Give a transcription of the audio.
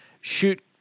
shoot